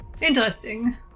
interesting